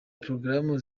porogaramu